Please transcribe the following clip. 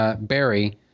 Barry –